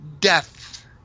death